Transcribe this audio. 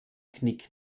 knick